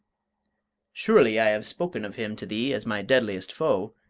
surely i have spoken of him to thee as my deadliest foe?